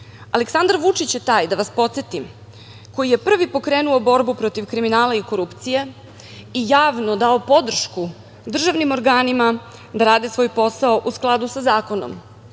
Srbiji. Aleksandar Vučić je taj, da vas podsetim, koji je privi pokrenuo borbu protiv kriminala i korupcije i javno dao podršku državnim organima da rade svoj posao, u skladu sa zakonom,